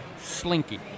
slinky